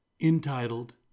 entitled